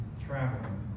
traveling